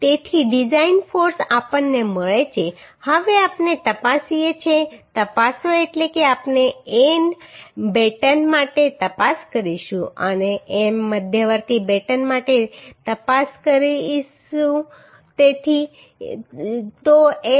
તેથી design force આપણને મળે છે હવે આપણે તપાસીએ છીએ તપાસો એટલે કે આપણે એન બેટન માટે તપાસ કરીશું અને અમે મધ્યવર્તી બેટન માટે તપાસ કરીશું તેથી બંને કેસ માટે અમે તપાસ કરીશું